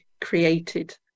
created